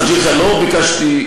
חבר הכנסת חאג' יחיא, לא ביקשתי שתשיב.